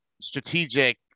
strategic